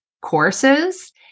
courses